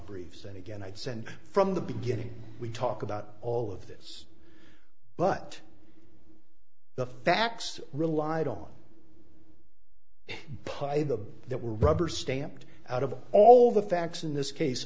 briefs that again i'd send from the beginning we talk about all of this but the facts relied on the play the that were rubber stamped out of all the facts in this case